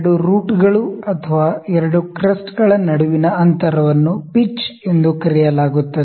2 ರೂಟ್ಗಳು ಅಥವಾ 2 ಕ್ರೆಸ್ಟ್ಗಳ ನಡುವಿನ ಅಂತರವನ್ನು ಪಿಚ್ ಎಂದು ಕರೆಯಲಾಗುತ್ತದೆ